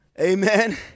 Amen